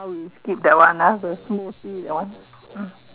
now we skip that one ah the smoothie that one mm